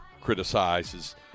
criticizes